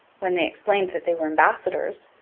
when they explained that they were ambassadors,